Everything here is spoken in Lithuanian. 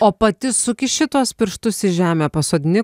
o pati sukiši tuos pirštus į žemę pasodini